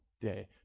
day